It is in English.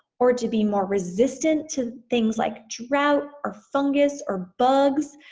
or to be more resistant to things like drought, or fungus, or bugs.